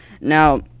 Now